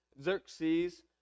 Xerxes